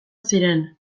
ziren